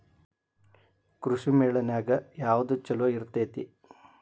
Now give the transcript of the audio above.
ಕೃಷಿಮೇಳ ನ್ಯಾಗ ಯಾವ್ದ ಛಲೋ ಇರ್ತೆತಿ?